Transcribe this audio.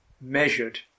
measured